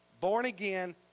born-again